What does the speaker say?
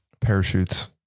Parachutes